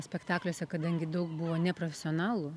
spektakliuose kadangi daug buvo neprofesionalų